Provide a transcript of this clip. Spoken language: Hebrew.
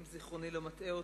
אם זיכרוני לא מטעה אותי,